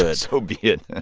ah so be it.